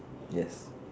yes